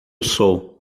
sou